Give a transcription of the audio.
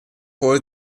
wurde